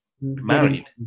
married